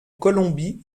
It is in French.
colombie